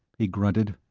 he grunted.